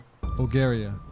Bulgaria